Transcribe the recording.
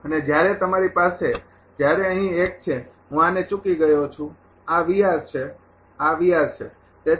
અને જ્યારે તમારી પાસે જ્યારે અહીં એક છે હું આને ચૂકી ગયો છું આ છે આ છે